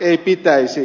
ei pitäisi